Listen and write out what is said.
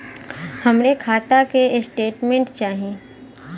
हमरे खाता के स्टेटमेंट चाही?